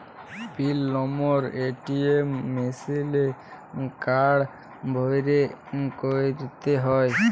পিল number ATM মিশিলে card ভ্যইরে ক্যইরতে হ্যয়